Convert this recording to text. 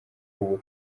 ubu